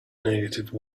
negative